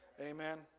Amen